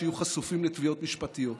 שיהיו חשופים לתביעות משפטיות.